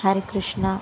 Harikrishna